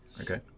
okay